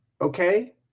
okay